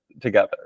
together